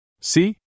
See